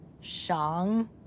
Shang